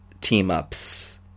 team-ups